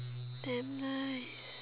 damn nice